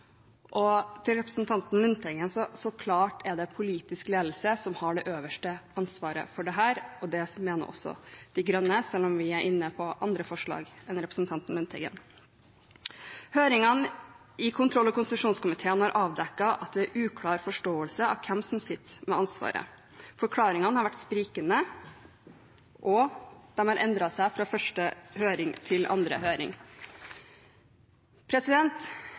Forsvaret. Til representanten Lundteigen: Det er så klart politisk ledelse som har det øverste ansvaret for dette. Det mener også De grønne, selv om vi er med på andre forslag enn representanten Lundteigen. Høringene i kontroll- og konstitusjonskomiteen har avdekket at det er uklar forståelse av hvem som sitter med ansvaret. Forklaringene har vært sprikende, og de har endret seg fra første høring til andre høring.